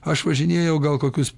aš važinėjau gal kokius